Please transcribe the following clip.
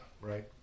right